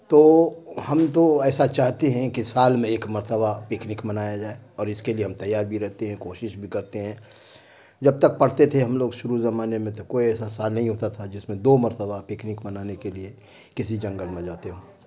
تو ہم تو ایسا چاہتے ہیں کہ سال میں ایک مرتبہ پکنک منایا جائے اور اس کے لیے ہم تیار بھی رہتے ہیں کوشش بھی کرتے ہیں جب تک پڑھتے تھے ہم لوگ شروع زمانے میں تو کوئی ایسا سال نہیں ہوتا تھا جس میں دو مرتبہ پکنک منانے کے لیے کسی جنگل میں جاتے ہوں